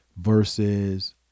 versus